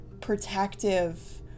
protective